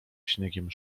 śniegiem